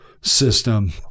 system